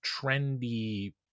trendy